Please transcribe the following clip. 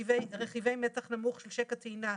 רכיבי מתח נמוך של שקע טעינה,